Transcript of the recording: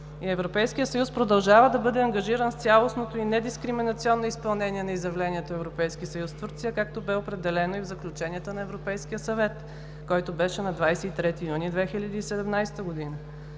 Европейския съюз продължава да бъде ангажиран с цялостното и недискриминационно изпълнение на Изявлението „Европейски съюз – Турция“, както бе определение и в заключенията на Европейския съвет, който беше на 23 юни 2017 г.